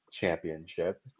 championship